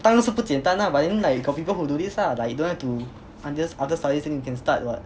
当然是不简单啦 but then like got people who this lah like you don't have to under under studies then you can start what